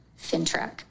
FinTrack